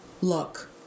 look